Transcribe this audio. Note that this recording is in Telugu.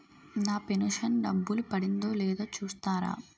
నా పెను షన్ డబ్బులు పడిందో లేదో చూస్తారా?